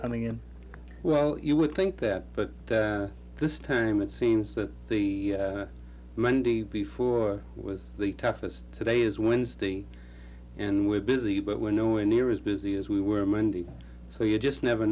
coming in well you would think that but this time it seems that the monday before was the toughest today is wednesday and we're busy but we're nowhere near as busy as we were monday so you just never